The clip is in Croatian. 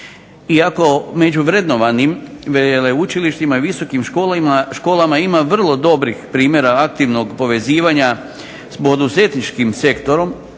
Iako među vrednovanim veleučilištima i visokim školama ima vrlo dobrih primjera aktivnog povezivanja sa poduzetničkim sektorom